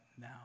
now